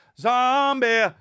zombie